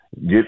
get